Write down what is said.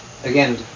Again